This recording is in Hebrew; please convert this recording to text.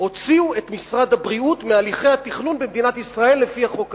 הוציאו את משרד הבריאות מהליכי התכנון במדינת ישראל לפי החוק הזה.